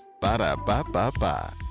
Ba-da-ba-ba-ba